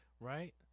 right